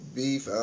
beef